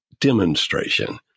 demonstration